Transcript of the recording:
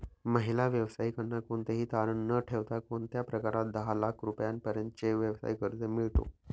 महिला व्यावसायिकांना कोणतेही तारण न ठेवता कोणत्या प्रकारात दहा लाख रुपयांपर्यंतचे व्यवसाय कर्ज मिळतो?